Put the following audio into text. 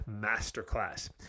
masterclass